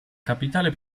capitale